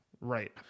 Right